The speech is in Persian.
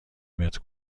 متر